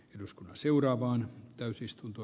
eduskunnan seuraavaan täysistunto